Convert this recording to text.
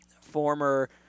former